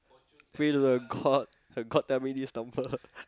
pray to the god the god tell me this number